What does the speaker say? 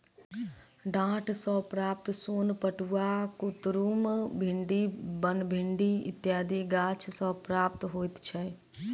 डांट सॅ प्राप्त सोन पटुआ, कुतरुम, भिंडी, बनभिंडी इत्यादि गाछ सॅ प्राप्त होइत छै